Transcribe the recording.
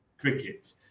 cricket